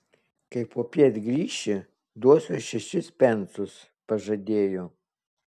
kai popiet grįši duosiu šešis pensus pažadėjo